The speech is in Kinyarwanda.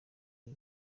iyi